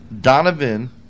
Donovan